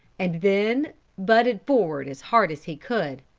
and then butted forward as hard as he could.